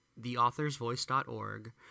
theauthorsvoice.org